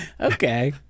Okay